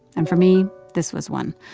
and for me, this was one.